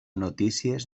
notícies